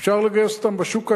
אפשר לגייס אותם בשוק האזרחי.